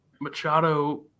Machado